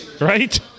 Right